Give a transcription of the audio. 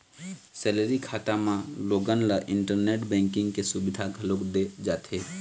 salary खाता म लोगन ल इंटरनेट बेंकिंग के सुबिधा घलोक दे जाथे